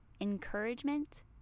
encouragement